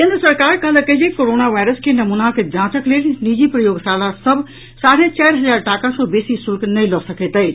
केंद्र सरकार कहलक अछि जे कोरोना वायरस के नमूनाक जांचक लेल निजी प्रयोगशाला सभ साढ़े चारि हजार टाका सँ बेसी शुल्क नहि लऽ सकैत अछि